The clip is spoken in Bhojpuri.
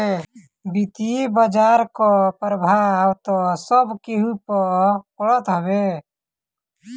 वित्तीय बाजार कअ प्रभाव तअ सभे केहू पअ पड़त हवे